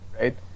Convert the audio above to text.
right